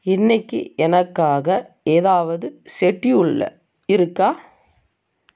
இன்னைக்கி எனக்காக ஏதாவது செட்யூலில் இருக்கா